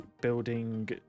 building